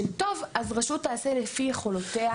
שכל רשות תעשה לפי יכולותיה